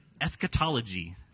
Eschatology